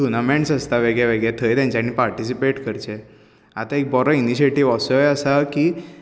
टुर्नामेंटन्स आसता वेगळे वेगळे थंय तेंचानी पार्टीसीपेट करचे आतां एक बरो इनीशिएटीव असोय आसा की